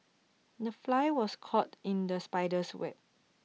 the fly was caught in the spider's web